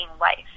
life